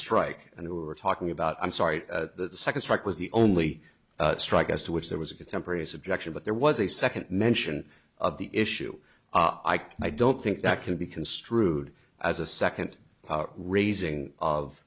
strike and we were talking about i'm sorry the second strike was the only strike as to which there was a contemporaneous objection but there was a second mention of the issue i can i don't think that can be construed as a second raising of